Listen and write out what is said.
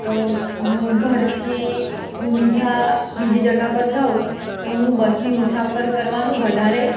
તો હું ઘરથી બીજા બીજી જગ્યા પર જાઉં તો હું બસની મુસાફરી કરવાનું વધારે